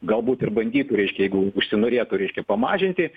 galbūt ir bandytų reiškia jeigu užsinorėtų reiškia pamažinti